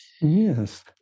yes